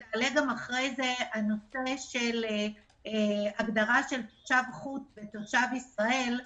וגם הנושא של הגדרת תושב חוץ ותושב ישראל,